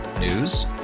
News